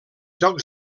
jocs